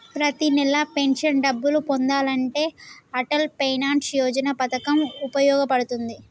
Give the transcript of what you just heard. ప్రతి నెలా పెన్షన్ డబ్బులు పొందాలంటే అటల్ పెన్షన్ యోజన పథకం వుపయోగ పడుతుంది